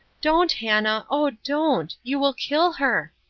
don't, hannah, oh, don't you will kill her.